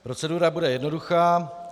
Procedura bude jednoduchá.